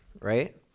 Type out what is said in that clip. right